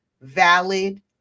valid